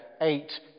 eight